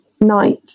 night